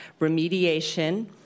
remediation